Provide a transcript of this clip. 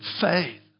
faith